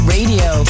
Radio